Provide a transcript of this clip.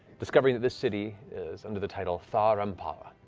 discovering that this city is under the title thar amphala.